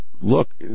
look